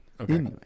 Okay